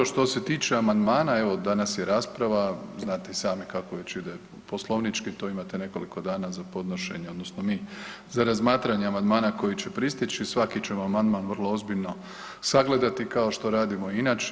Što se tiče amandmana, evo danas je rasprava, znate i sami kako već ide poslovnički, tu imate nekoliko dana za podnošenje odnosno mi za razmatranje amandmana koji će pristići, svaki ćemo amandman vrlo ozbiljno sagledati, kao što radimo inače.